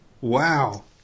wow